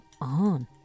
on